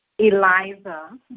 Eliza